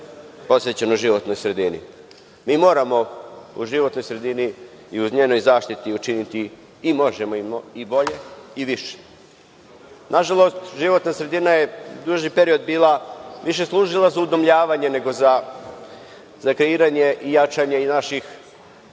posvećeno životnoj sredini. Mi moramo u životnoj sredini i u njenoj zaštiti učiniti i možemo i bolje i više. Nažalost, životna sredina je duži period više služila za udomljavanje nego za kreiranje i jačanje i naših